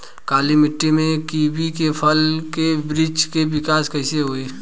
काली मिट्टी में कीवी के फल के बृछ के विकास कइसे होई?